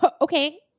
okay